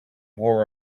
wore